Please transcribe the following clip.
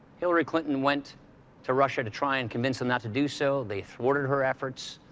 hillary clinton went to russia to try and convince him not to do so they thwarted her efforts.